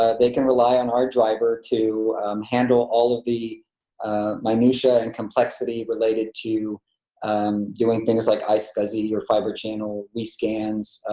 ah they can rely on our driver to handle all of the minutia and complexity related to um doing things like iscsi or fibre channel rescans,